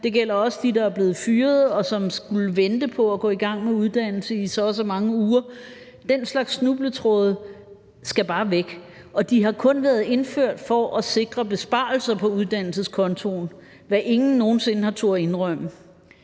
det gælder også dem, der er blevet fyret, og som skulle vente på at gå i gang med uddannelse i så og så mange uger. Den slags snubletråde skal bare væk; de har kun været indført for at sikre besparelser på uddannelseskontoen, hvad ingen nogen sinde har turdet indrømme.